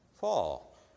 fall